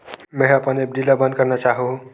मेंहा अपन एफ.डी ला बंद करना चाहहु